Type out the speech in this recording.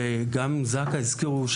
כמו שגם זק״א הזכירו,